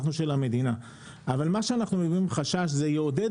אנחנו של המדינה אבל אנחנו חוששים שזה יעודד